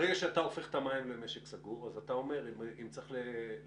ברגע שאתה הופך את המים למשק סגור אז אתה אומר אם צריך לתקן,